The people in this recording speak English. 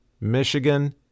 Michigan